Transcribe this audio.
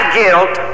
guilt